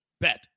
bet